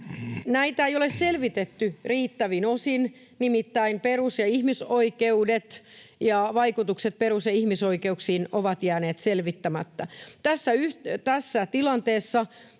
Näitä ei ole selvitetty riittävin osin, nimittäin perus- ja ihmisoikeudet ja vaikutukset perus- ja ihmisoikeuksiin ovat jääneet selvittämättä. Tässä tilanteessa